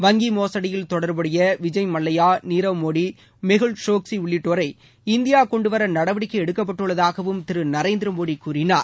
வங்கி மோசுடியில் தொடர்புடைய விஜய் மல்லைய்யா நிரவ்மோடி மெகுல் சோக்சி உள்ளிட்டோரை இந்தியா கொண்டுவர நடவடிக்கை எடுக்கப்பட்டுள்ளதாகவும் திரு நரேந்திரமோடி கூறினார்